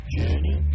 journey